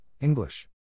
English